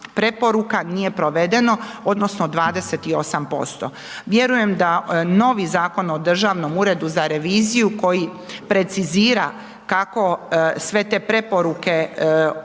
preporuka nije provedeno, odnosno, 28%. Vjerujem da novi Zakon o Državnom uredu za reviziju, koji precizira kako sve te preporuke odraditi,